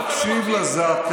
בינתיים בוזבזו שבעה שבועות יקרים,